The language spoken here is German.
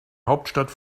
hauptstadt